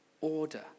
order